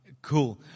Cool